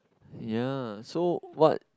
ya so what